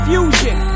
Fusion